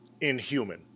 inhuman